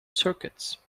circuits